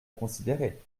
considérer